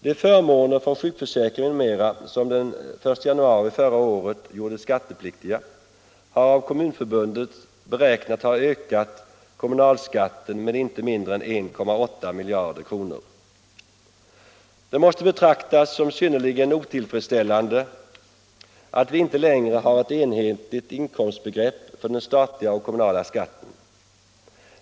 De förmåner från sjukförsäkring m.m. som den 1 januari förra året gjordes skattepliktiga har av Kommunförbundet beräknats öka kommunalskatten med inte mindre än 1,8 miljarder kr. Det måste betraktas som synnerligen otillfredsställande att vi inte längre har ett enhetligt inkomstbegrepp för den statliga och kommunala skatten.